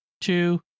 two